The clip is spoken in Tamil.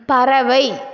பறவை